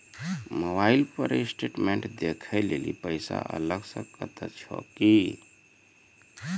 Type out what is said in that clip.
Mobile पर statement देखे लेली पैसा अलग से कतो छै की?